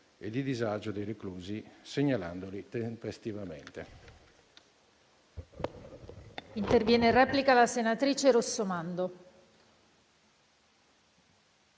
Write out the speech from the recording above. e di disagio dei reclusi, segnalandoli tempestivamente.